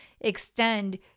extend